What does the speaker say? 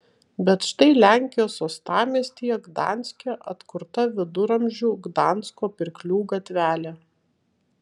bet štai lenkijos uostamiestyje gdanske atkurta viduramžių gdansko pirklių gatvelė